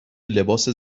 لباس